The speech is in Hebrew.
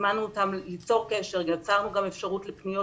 הזמנו אותם ליצור קשר ויצרנו גם אפשרות לפניות